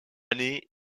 année